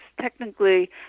technically